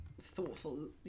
thoughtful